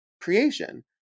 creation